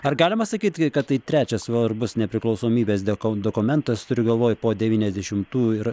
ar galima sakyti kad tai trečias svarbus nepriklausomybės dėkau dokumentas turiu galvoj po devyniasdešimtų ir